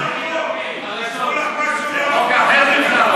סופה, סופה, זה לא החוק הזה.